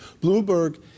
Bloomberg